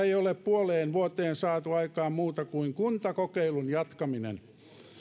ei ole puoleen vuoteen saatu aikaan muuta kuin kuntakokeilun jatkaminen